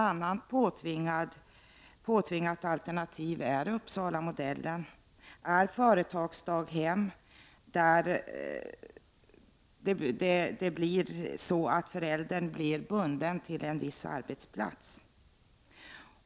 Andra påtvingade alternativ är Uppsalamodellen och företagsdaghem, där föräldern blir bunden till en viss arbetsplats.